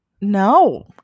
No